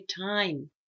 time